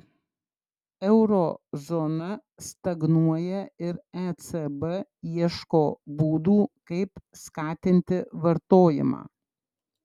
euro zona stagnuoja ir ecb ieško būdų kaip skatinti vartojimą